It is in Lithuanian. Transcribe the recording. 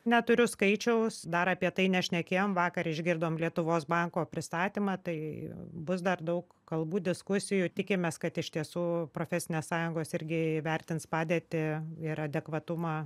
neturiu skaičiaus dar apie tai nešnekėjom vakar išgirdom lietuvos banko pristatymą tai bus dar daug kalbų diskusijų tikimės kad iš tiesų profesinės sąjungos irgi įvertins padėtį ir adekvatumą